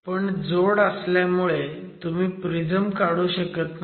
पण जोड असल्यामुळे तुम्ही प्रिझम काढू शकत नाही